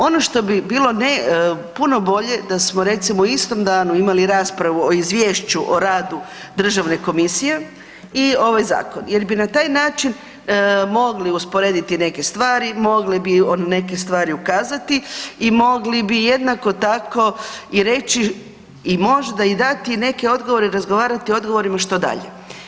Ono što bi bilo puno bolje da smo recimo u istom danu imali raspravu o izvješću o radu DKOM-a i ovaj zakon jer bi na taj način mogli usporediti neke stvari, mogli bi na neke stvari ukazati i mogli bi jednako tako i reći i možda i dati neke odgovore i razgovarati o odgovorima što dalje.